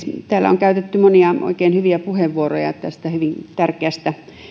täällä on käytetty monia oikein hyviä puheenvuoroja tästä hyvin tärkeästä